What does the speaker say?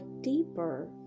deeper